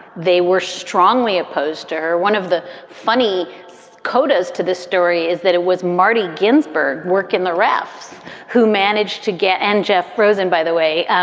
they were strongly opposed. or one of the funny codas to this story is that it was marty ginsburg work in the refs who managed to get and jeff rosen, by the way,